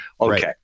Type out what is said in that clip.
Okay